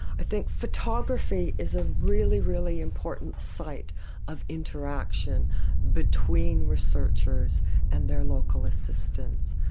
i think photography is a really, really important site of interaction between researchers and their local assistants.